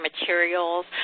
materials